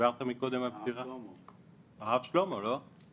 דיברת קודם על פטירת - הרב שלמה, לא?